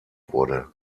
wurde